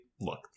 look